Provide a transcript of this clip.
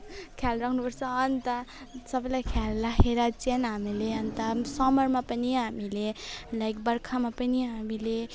ख्याल राख्नुपर्छ अन्त सबैलाई ख्याल राखेर चाहिँ हामीले अन्त समरमा पनि हामीले लाइक बर्खामा पनि हामीले